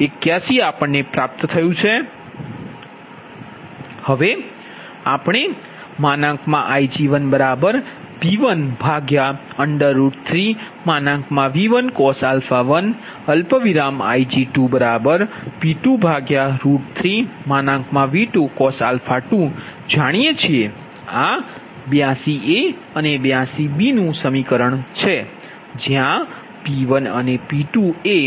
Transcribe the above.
હવે આપણે Ig1P13V1 cos 1 Ig2P23V2 cos 2 જાણીએ છીએ આ 82 a અને 82 b નું સમીકરણ છે જ્યાં P1 અને P2 એ